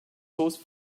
sauce